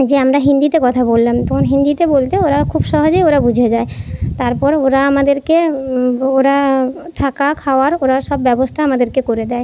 যে আমরা হিন্দিতে কথা বললাম তখন হিন্দিতে বলতে ওরা খুব সহজেই ওরা বুঝে যায় তারপর ওরা আমাদেরকে ওরা থাকা খাওয়ার ওরা সব ব্যবস্থা আমাদেরকে করে দেয়